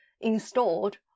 installed